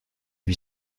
lui